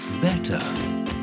Better